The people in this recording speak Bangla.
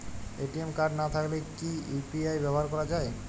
এ.টি.এম কার্ড না থাকলে কি ইউ.পি.আই ব্যবহার করা য়ায়?